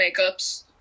makeups